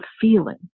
feeling